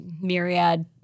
myriad